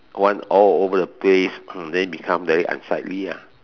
want all over the place ah then become very unsightly ah